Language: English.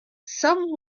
some